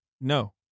No